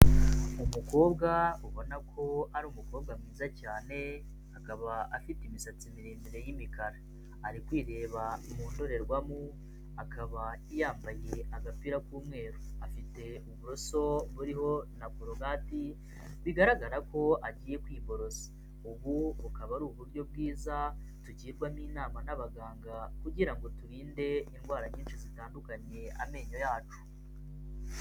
Umukobwa ubona ko ari umukobwa mwiza cyane, akaba afite imisatsi miremire y'imikara, ari kwireba mu ndorerwamo, akaba yambaye agapira k'umweru, afite uburoso buriho na korogati bigaragara ko agiye kwiborosa. Ubu bukaba ari uburyo bwiza tugirwamo inama n'abaganga kugira ngo turinde indwara nyinshi zitandukanye amenyo yacu.